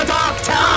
doctor